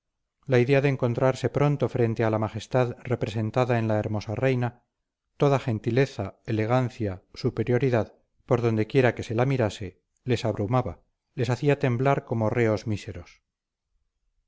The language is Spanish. la idea de encontrarse pronto frente a la majestad representada en la hermosa reina toda gentileza elegancia superioridad por dondequiera que se la mirase les abrumaba les hacía temblar como reos míseros